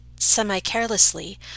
semi-carelessly